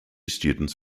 students